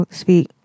speak